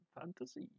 fantasy